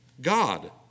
God